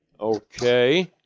Okay